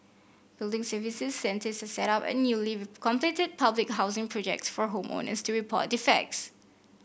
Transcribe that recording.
building services centres set up at newly completed public housing projects for home owners to report defects